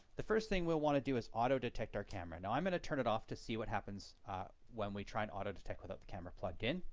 the first thing we want to do is auto detect our camera. and i'm going to turn it off to see what happens when we try and auto detect without the camera plugged in.